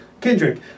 Kendrick